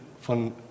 von